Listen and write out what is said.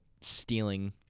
stealing